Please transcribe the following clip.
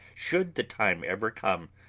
should the time ever come,